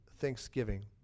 thanksgiving